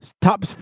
top